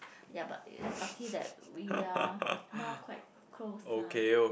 ya but lucky that we are now quite close ah